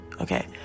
Okay